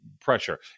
pressure